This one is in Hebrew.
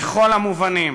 בכל המובנים: